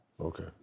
Okay